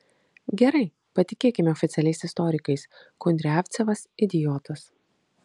gerai patikėkime oficialiais istorikais kudriavcevas idiotas